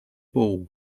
ball